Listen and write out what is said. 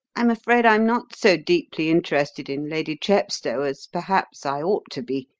i'm afraid i'm not so deeply interested in lady chepstow as, perhaps, i ought to be,